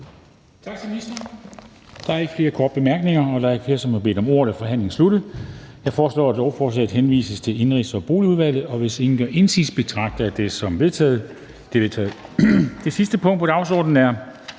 Tak til ministeren. Der er ikke flere korte bemærkninger. Da der ikke er flere, som har bedt om ordet, er forhandlingen slut. Jeg foreslår, at lovforslaget henvises til Indenrigs- og Boligudvalget. Hvis ingen gør indsigelse, betragter jeg det som vedtaget. Det er vedtaget. --- Det sidste punkt på dagsordenen er: